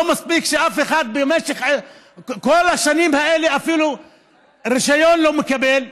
לא מספיק שבמשך כל השנים האלה אפילו רישיון הוא לא מקבל,